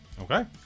okay